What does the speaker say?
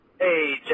Hey